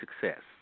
success